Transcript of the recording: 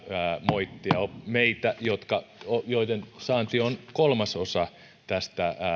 moittia meitä joiden saanti on kolmasosa tästä